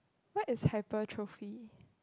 what is hypertrophy